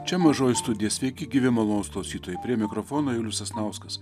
čia mažoji studija sveiki gyvi malonūs klausytojai prie mikrofono julius sasnauskas